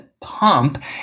pump